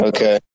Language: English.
Okay